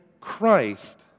Christ